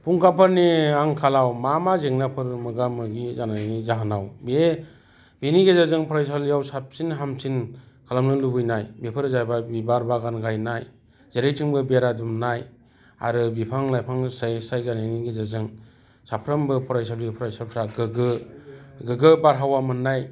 फुंखाफोरनि आंखालाव मा मा जेंनाफोर मोगा मोगि जानायनि जाहोनाव बे बिनि गेजेरजों फरायसालियाव साबसिन हामसिन खालामनो लुगैनाय बेफोरो जाहैबाय बिबार बागान गायनाय जेरै जोंबो बेरा दुमनाय आरो बिफां लाइफां स्राय स्राय गायनायनि गेजेरजों साफ्रोमबो फरायसालिनि फरायसाफ्रा गोगो गोगो बार हावा मोननाय